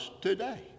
today